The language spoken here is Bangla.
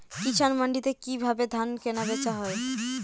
কৃষান মান্ডিতে কি ভাবে ধান কেনাবেচা হয়?